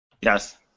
Yes